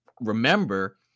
remember